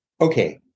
Okay